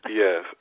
yes